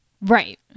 Right